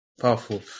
powerful